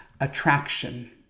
Attraction